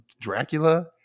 Dracula